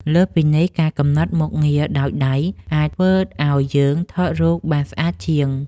លើសពីនេះ ការកំណត់មុខងារដោយដៃ អាចធ្វើឱ្យយើងថតរូបបានស្អាតជាង។